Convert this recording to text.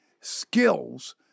skills